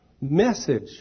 message